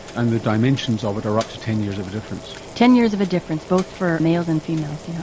and the dimensions of it are up to ten years of a difference. ten years of a difference, both for males and females, yeah